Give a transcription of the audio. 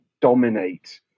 dominate